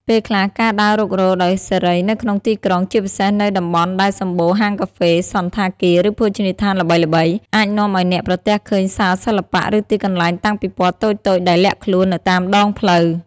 ពេលខ្លះ ការដើររុករកដោយសេរីនៅក្នុងទីក្រុង ជាពិសេសនៅតំបន់ដែលសម្បូរហាងកាហ្វេ សណ្ឋាគារ ឬភោជនីយដ្ឋានល្បីៗ អាចនាំឲ្យអ្នកប្រទះឃើញសាលសិល្បៈ ឬទីកន្លែងតាំងពិពណ៌តូចៗដែលលាក់ខ្លួននៅតាមដងផ្លូវ។